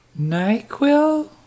NyQuil